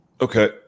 Okay